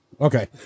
Okay